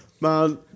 man